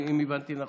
אם הבנתי נכון,